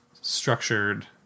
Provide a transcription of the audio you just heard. structured